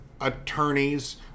attorneys